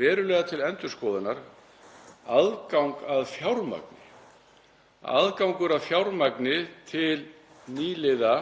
verulega til endurskoðunar aðgang að fjármagni og aðgang að fjármagni til nýliða